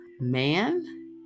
man